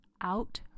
out